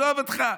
עזוב אותך.